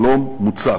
שלום מוצק: